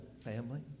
family